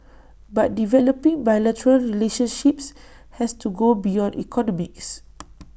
but developing bilateral relationships has to go beyond economics